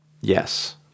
yes